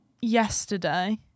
yesterday